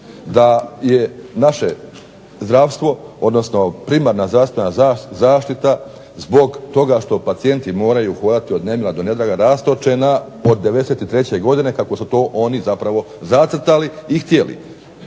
da je naše zdravstvo, odnosno primarna zdravstvena zaštita zbog toga što pacijenti moraju hodati od nemila do nedraga rastočena od '93. godine kako su to oni zapravo zacrtali i htjeli.